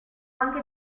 anche